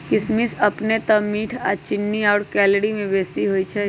किशमिश अपने तऽ मीठ आऽ चीन्नी आउर कैलोरी में बेशी होइ छइ